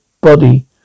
body